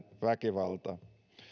väkivalta